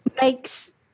makes